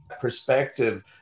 perspective